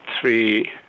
three